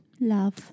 Love